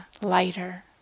lighter